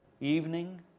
Evening